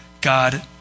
God